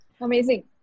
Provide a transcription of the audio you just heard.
Amazing